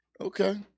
Okay